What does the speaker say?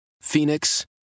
Phoenix